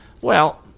Well